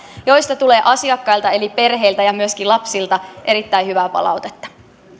joista tulee asiakkailta eli perheiltä ja myöskin lapsilta erittäin hyvää palautetta